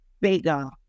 bigger